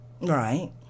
Right